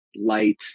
light